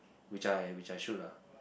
which I which I should lah